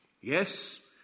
Yes